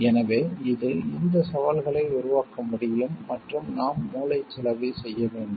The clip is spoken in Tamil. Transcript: எனவே இது இந்த சவால்களை உருவாக்க முடியும் மற்றும் நாம் மூளைச்சலவை செய்ய வேண்டும்